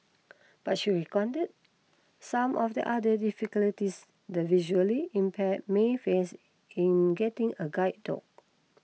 but she recounted some of the other difficulties the visually impaired may face in getting a guide dog